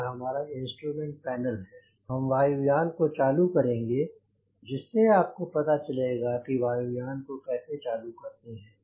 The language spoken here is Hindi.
यह हमारा इंस्ट्रूमेंट पैनल है हम वायुयान को चालू करेंगे जिससे आपको पता लगेगा कि वायुयान को कैसे चालू करते हैं